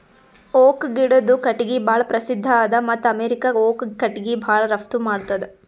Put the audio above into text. oak ಗಿಡದು ಕಟ್ಟಿಗಿ ಭಾಳ್ ಪ್ರಸಿದ್ಧ ಅದ ಮತ್ತ್ ಅಮೇರಿಕಾ ಓಕ್ ಕಟ್ಟಿಗಿ ಭಾಳ್ ರಫ್ತು ಮಾಡ್ತದ್